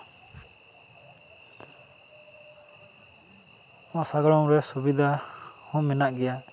ᱚᱱᱟ ᱥᱟᱜᱟᱲᱚᱢ ᱨᱮ ᱥᱩᱵᱤᱫᱟ ᱦᱚᱸ ᱢᱮᱱᱟᱜ ᱜᱮᱭᱟ